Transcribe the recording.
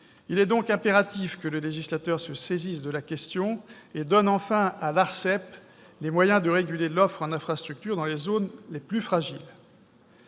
Il est donc impératif que le législateur se saisisse de la question et donne enfin à l'ARCEP les moyens de réguler l'offre en infrastructures dans les zones les plus fragiles.